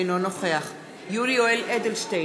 אינו נוכח יולי יואל אדלשטיין,